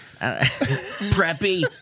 Preppy